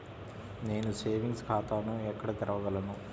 నేను సేవింగ్స్ ఖాతాను ఎక్కడ తెరవగలను?